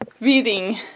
reading